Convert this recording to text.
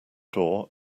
door